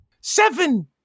Seven